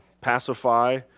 Pacify